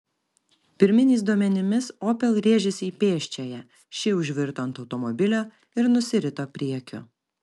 pirminiais duomenimis opel rėžėsi į pėsčiąją ši užvirto ant automobilio ir nusirito priekiu